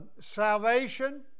salvation